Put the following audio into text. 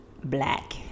black